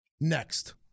next